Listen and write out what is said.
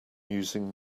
using